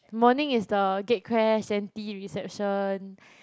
morning is the gate crash then tea reception